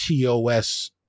TOS